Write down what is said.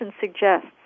suggests